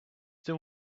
then